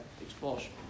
expulsion